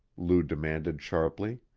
lou demanded sharply.